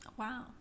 wow